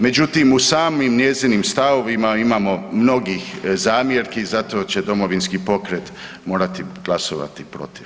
Međutim, u samim njezinim stavovima imamo mnogih zamjerki zato će Domovinski pokret morati glasovati protiv.